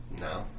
No